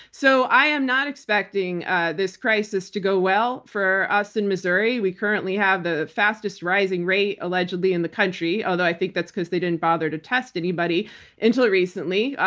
so i am not expecting this crisis to go well for us in missouri. we currently have the fastest rising rate allegedly in the country, although i think that's because they didn't bother to test anybody until recently.